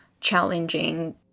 challenging